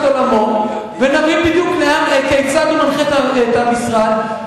עולמו ונבין בדיוק כיצד הוא מנחה את המשרד,